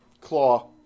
claw